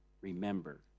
remember